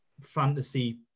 fantasy